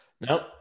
nope